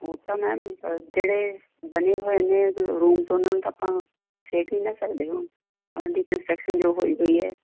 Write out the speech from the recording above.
ਉਹ ਤਾਂ ਮੈਮ ਜਿਹੜੇ ਬਣੇ ਹੋਏ ਨੇ ਰੂਮਸ ਉਹਨਾਂ ਨੂੰ ਤਾਂ ਆਪਾਂ ਛੇੜ ਨਹੀਂ ਨਾ ਸਕਦੇ ਹੁਣ ਉਹਨਾਂ ਦੀ ਕੰਸਟਰਕਸ਼ਨ ਜੋ ਹੋਈ ਹੋਈ ਹੈ